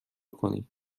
کنید